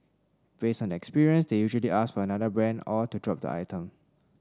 based on experience they usually ask for another brand or to drop the item